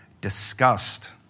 disgust